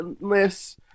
lists